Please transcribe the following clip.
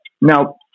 Now